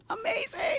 Amazing